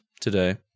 today